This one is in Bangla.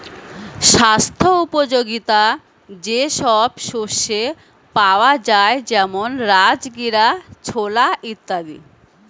স্বাস্থ্য উপযোগিতা যে সব শস্যে পাওয়া যায় যেমন রাজগীরা, ছোলা ইত্যাদি